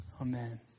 Amen